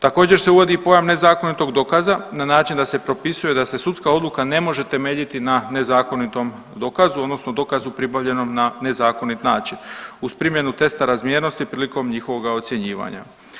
Također se uvodi pojam nezakonitog dokaza na način da se propisuje da se sudska odluka ne može temeljiti na nezakonitom dokazu odnosno dokazu pribavljenom na nezakonit način uz primjenu testa razmjernosti prilikom njihovoga ocjenjivanja.